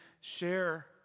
share